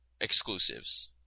exclusives